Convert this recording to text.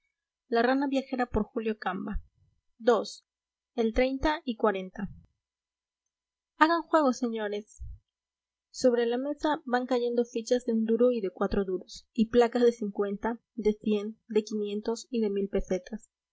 san sebastián podría ir tirando todavía ii el treinta y cuarenta hagan juego señores sobre la mesa van cayendo fichas de un duro y de cuatro duros y placas de de de y de pesetas